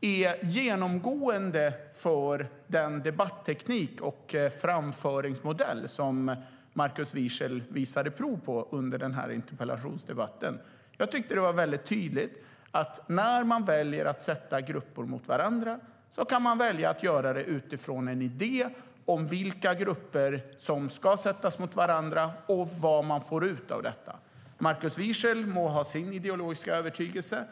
är genomgående för den debatteknik och framföringsmodell som Markus Wiechel visat prov på under den här interpellationsdebatten. Jag tycker att det är väldigt tydligt att när man väljer att sätta grupper mot varandra kan man välja att göra det utifrån en idé om vilka grupper som ska sättas mot varandra och vad man får ut av detta. Markus Wiechel må ha sin ideologiska övertygelse.